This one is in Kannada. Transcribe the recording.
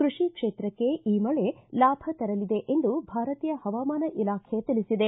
ಕೃಷಿ ಕ್ಷೇತ್ರಕ್ಷೆ ಈ ಮಳೆ ಲಾಭ ತರಲಿದೆ ಎಂದು ಭಾರತೀಯ ಹವಾಮಾನ ಇಲಾಖೆ ತಿಳಿಸಿದೆ